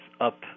up